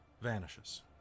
vanishes